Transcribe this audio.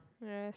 yes